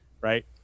Right